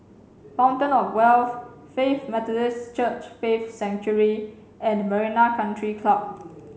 Fountain of Wealth Faith Methodist Church Faith Sanctuary and Marina Country Club